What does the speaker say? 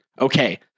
Okay